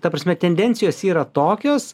ta prasme tendencijos yra tokios